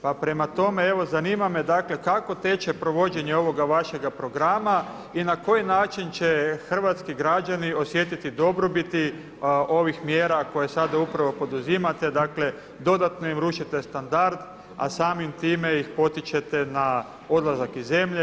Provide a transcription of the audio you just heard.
Pa prema tome, evo zanima me dakle kako teče provođenje ovoga vašega programa i na koji način će hrvatski građani osjetiti dobrobiti ovih mjera koje sada upravo poduzimate, dakle dodatno im rušite standard a samim time ih potičete na odlazak iz zemlje.